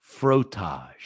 Frotage